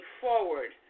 forward